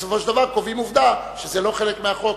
בסופו של דבר קובעים עובדה שזה לא חלק מהחוק.